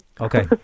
Okay